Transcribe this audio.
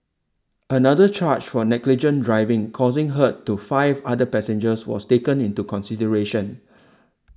another charge for negligent driving causing hurt to five other passengers was taken into consideration